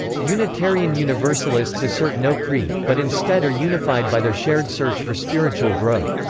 unitarian universalists assert no creed, but instead are unified by their shared search for spiritual growth.